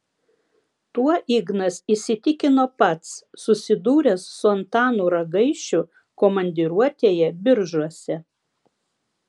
tuo ignas įsitikino pats susidūręs su antanu ragaišiu komandiruotėje biržuose